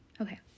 Okay